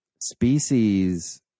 species